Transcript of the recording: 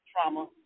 trauma